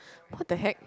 what the heck